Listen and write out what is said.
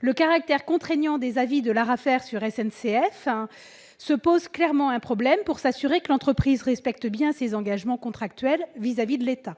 le caractère contraignant des avis de l'ARAFER sur SNCF Réseau pose clairement un problème pour s'assurer que l'entreprise respecte bien ses engagements contractuels à l'égard de l'État.